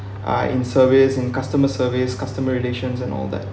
uh in surveys in customer service customer relations and all that